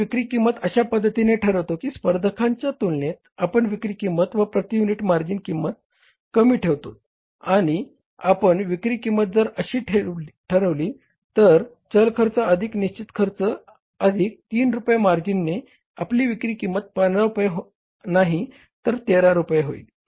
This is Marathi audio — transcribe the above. आपण विक्री किंमत अशा पद्धतीने ठरवितो की स्पर्धकांच्या तुलनेत आपण विक्री किंमत व प्रती युनिट मार्जिन कमी ठेवतोत आणि आपण विक्री किंमत जर अशी ठरविली तर चल खर्च अधिक निश्चित खर्च अधिक 3 रुपये मार्जिनने आपली विक्री किंमत 15 रुपये नाही तर ती 13 रुपये होते